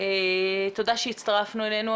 תודה שהצטרפתם אלינו.